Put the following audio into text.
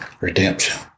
Redemption